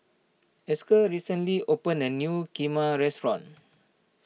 Esker recently opened a new Kheema restaurant